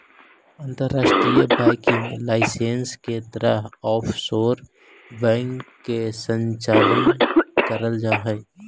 अंतर्राष्ट्रीय banking licence के तहत ऑफशोर बैंक के संचालन कैल जा हइ